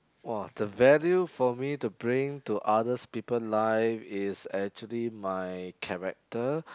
!wah! the value for me to bring to others people life is actually my character